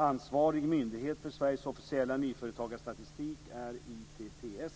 Ansvarig myndighet för Sveriges officiella nyföretagarstatistik är ITPS,